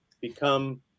become